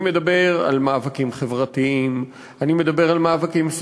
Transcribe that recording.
אני מדבר על מאבקים חברתיים,